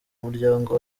umuryango